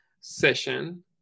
session